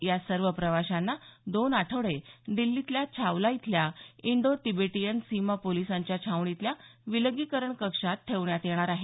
या सर्व प्रवाशांना दोन आठवडे दिल्लीतल्या छावला इथल्या इंडो तिबेटीयन सीमा पोलिसांच्या छावणीतल्या विलगीकरण कक्षात ठेवण्यात येणार आहे